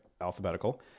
alphabetical